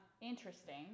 interesting